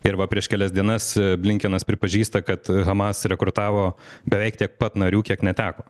ir va prieš kelias dienas blinkenas pripažįsta kad hamas rekrutavo beveik tiek pat narių kiek neteko